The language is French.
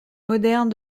moderne